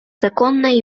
законное